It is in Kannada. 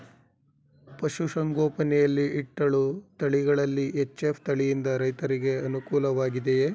ಪಶು ಸಂಗೋಪನೆ ಯಲ್ಲಿ ಇಟ್ಟಳು ತಳಿಗಳಲ್ಲಿ ಎಚ್.ಎಫ್ ತಳಿ ಯಿಂದ ರೈತರಿಗೆ ಅನುಕೂಲ ವಾಗಿದೆಯೇ?